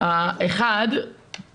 בעצם